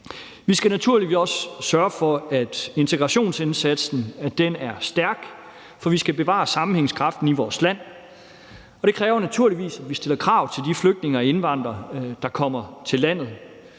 Vi skal naturligvis også sørge for, at integrationsindsatsen er stærk, for vi skal bevare sammenhængskraften i vores land. Det kræver naturligvis, at vi stiller krav til de flygtninge og indvandrere, der kommer til landet.